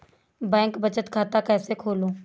मैं बचत खाता कैसे खोलूँ?